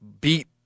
beat